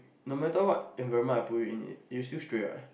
no matter what environment I put you in you will still stray what